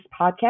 podcast